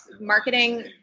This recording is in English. marketing